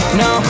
no